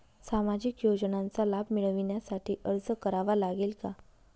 सामाजिक योजनांचा लाभ मिळविण्यासाठी अर्ज करावा लागेल का?